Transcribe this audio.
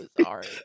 sorry